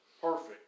Perfect